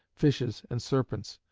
fishes, and serpents.